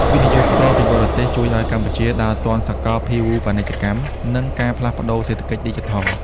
វិនិយោគផ្ទាល់ពីបរទេស ជួយឱ្យកម្ពុជាដើរទាន់សកលភាវូបនីយកម្ម និងការផ្លាស់ប្តូរសេដ្ឋកិច្ចឌីជីថល។